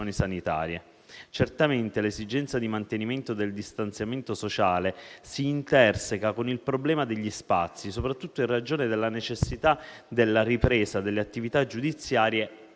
sanitarie. Certamente, l'esigenza di mantenimento del distanziamento sociale si interseca con il problema degli spazi, soprattutto in ragione della necessità della ripresa delle attività giudiziarie